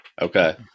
Okay